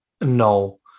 No